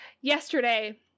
Yesterday